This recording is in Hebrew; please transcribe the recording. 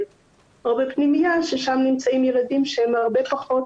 או פנימייה ששם נמצאים ילדים שהם הרבה פחות